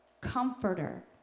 comforter